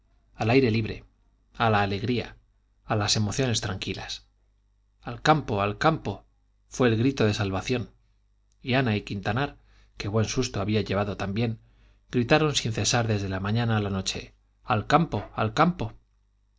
al aire libre a la alegría a las emociones tranquilas al campo al campo fue el grito de salvación y ana y quintanar que buen susto había llevado también gritaron sin cesar desde la mañana a la noche al campo al campo